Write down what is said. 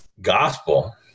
gospel